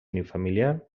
unifamiliar